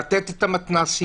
לתת את המתנ"סים,